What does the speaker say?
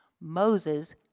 Moses